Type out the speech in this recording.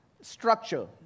structure